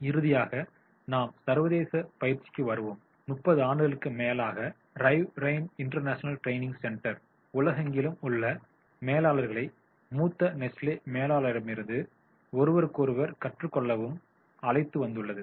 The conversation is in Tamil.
இறுதியாக நாம் சர்வதேச பயிற்சிக்கு வருவோம் 30 ஆண்டுகளுக்கும் மேலாக Rive Reine International Training Centre உலகெங்கிலும் உள்ள மேலாளர்களை மூத்த நெஸ்லே மேலாளர்களிடமிருந்தும் ஒருவருக்கொருவர் கற்றுக்கொள்ளவும் அழைத்து வந்துள்ளது